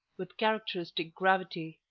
with characteristic gravity